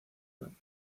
grande